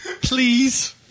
Please